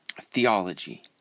Theology